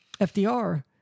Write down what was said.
FDR